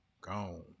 gone